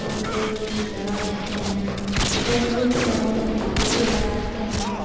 photo भी लगा देते हैं फ़ेसबुक पर हम भी फ़ोटो लगाते हैं